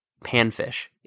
panfish